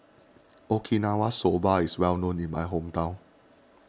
Okinawa Soba is well known in my hometown